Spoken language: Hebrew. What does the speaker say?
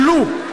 עלו.